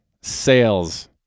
sales